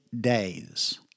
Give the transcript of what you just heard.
days